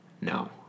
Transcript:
No